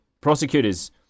Prosecutors